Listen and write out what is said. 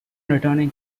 returning